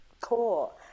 Cool